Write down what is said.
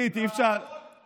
הם קוראים להם מחבלים.